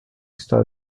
está